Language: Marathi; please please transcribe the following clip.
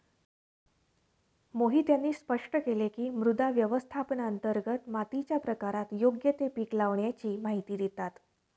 मोहित यांनी स्पष्ट केले की, मृदा व्यवस्थापनांतर्गत मातीच्या प्रकारात योग्य ते पीक लावाण्याची माहिती देतात